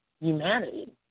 humanity